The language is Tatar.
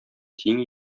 тиң